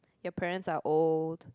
your parents are old